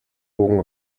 bogen